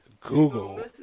Google